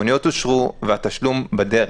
שהחשבוניות אושרו והתשלום בדרך.